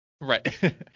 Right